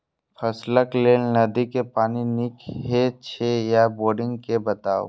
फसलक लेल नदी के पानी नीक हे छै या बोरिंग के बताऊ?